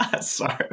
sorry